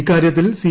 ഇക്കാര്യത്തിൽ സി